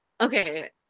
okay